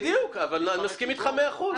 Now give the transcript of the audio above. בדיוק, אני מסכים איתך במאה אחוזים.